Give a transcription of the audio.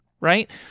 right